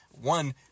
one